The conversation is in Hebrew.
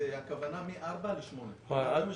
הכוונה מארבע עד שמונה.